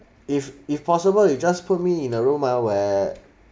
if if possible you just put me in a room ah where